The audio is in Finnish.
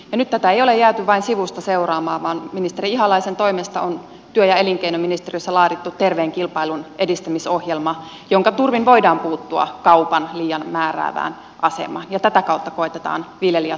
ja nyt tätä ei ole jääty vain sivusta seuraamaan vaan ministeri ihalaisen toimesta on työ ja elinkeinoministeriössä laadittu terveen kilpailun edistämisohjelma jonka turvin voidaan puuttua kaupan liian määräävään asemaan ja tätä kautta koetetaan viljelijän tuloa parantaa